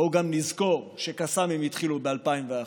בואו גם נזכור שקסאמים התחילו ב-2001.